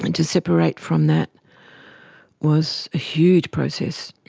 and to separate from that was a huge process.